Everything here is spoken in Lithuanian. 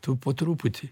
tu po truputį